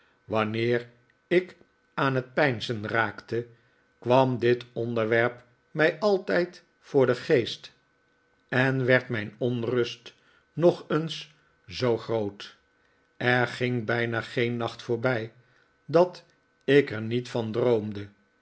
wanneer ik aan het peinzen raakte kwam dit onderwerp mij altijd voor den geest en werd mijn onrust nog eens zoo groot er ging bijna geen nacht voorbij dat ik er niet van droomde